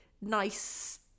nice